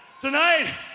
Tonight